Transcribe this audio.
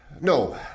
No